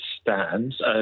stands